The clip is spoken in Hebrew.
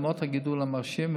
למרות הגידול המרשים,